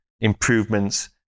improvements